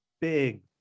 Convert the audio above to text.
big